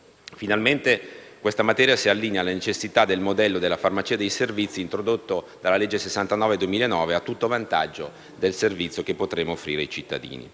si allinea questa materia alle necessità del modello della farmacia dei servizi introdotto dalla legge n. 69 del 2009, a tutto vantaggio del servizio che potremo offrire ai cittadini.